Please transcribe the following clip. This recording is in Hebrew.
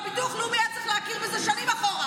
והביטוח הלאומי היה צריך להכיר בזה שנים אחורה.